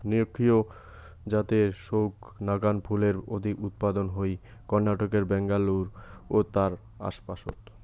নিরক্ষীয় জাতের সৌগ নাকান ফুলের অধিক উৎপাদন হই কর্ণাটকের ব্যাঙ্গালুরু ও তার আশপাশত